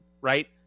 right